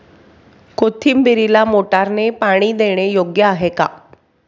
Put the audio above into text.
कोथिंबीरीला मोटारने पाणी देणे योग्य आहे का?